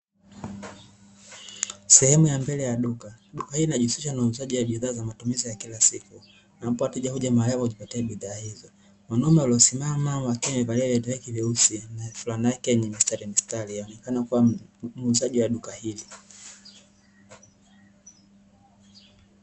Sehemu ya mbele ya duka, duka hili linajihusisha na uuzaji wa bidhaa za matumizi ya kila siku ambapo wateja huja na hujipatia bidhaa hizo. Mwanaume aliyesimama aliyevalia viatu vyake vyeusi na flana yake ya mistari mistari akionekana kuwa muuzaji wa duka hili.